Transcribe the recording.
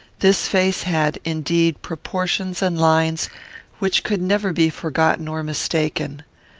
this face had, indeed, proportions and lines which could never be forgotten or mistaken.